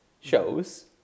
shows